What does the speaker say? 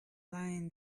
lying